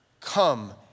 come